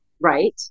right